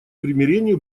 примирению